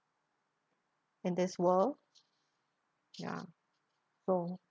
in this world ya so